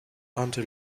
until